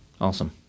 Awesome